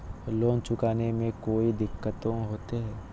Loan चुकाने में कोई दिक्कतों होते?